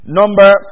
number